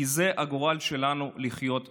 כי זה הגורל שלנו, לחיות ביחד.